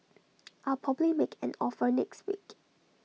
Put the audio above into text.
I'll probably make an offer next week